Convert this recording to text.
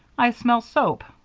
i smell soap.